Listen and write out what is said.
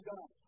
God